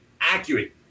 Accurate